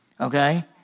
okay